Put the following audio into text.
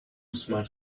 smart